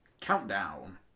Countdown